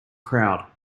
crowd